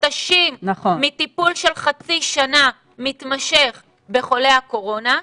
מותשים מטיפול של חצי שנה מתמשך בחולי הקורונה,